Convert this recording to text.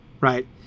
right